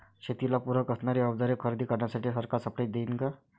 शेतीला पूरक असणारी अवजारे खरेदी करण्यासाठी सरकार सब्सिडी देईन का?